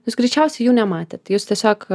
jūs greičiausiai jų nematėt jūs tiesiog